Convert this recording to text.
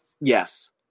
Yes